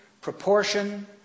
proportion